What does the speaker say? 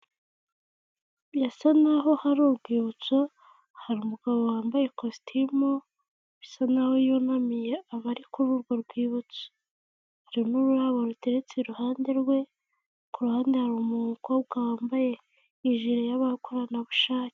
Birasa naho hari urwibutso hari umugabo wambaye kositimu bisa naho yunamiye abari kuri urwo rwibutso, hari n'ururabo ruteretse iruhande rwe, ku ruhande hari umukobwa wambaye n'ijere y'abakoranabushake.